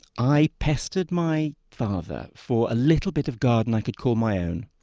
i pestered my father for a little bit of garden i could call my own.